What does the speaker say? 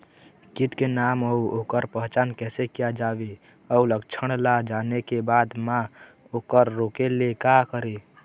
कीट के नाम अउ ओकर पहचान कैसे किया जावे अउ लक्षण ला जाने के बाद मा ओकर रोके ले का करें?